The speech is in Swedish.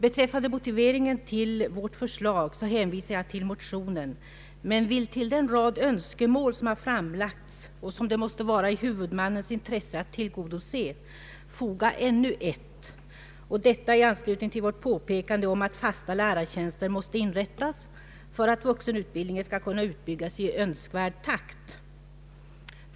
Beträffande motiveringen till vårt förslag hänvisar jag till motionerna men vill till den rad önskemål som framlagts och som det måste vara i huvudmannens intresse att tillgodose foga ännu ett, och detta i anslutning till vårt påpekande om att fasta lärartjänster måste inrättas för att vuxenutbildningen skall kunna utbyggas i önskvärd takt.